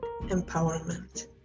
empowerment